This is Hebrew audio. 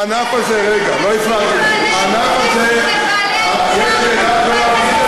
הענף הזה, זה לא נכון.